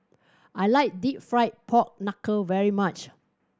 I like Deep Fried Pork Knuckle very much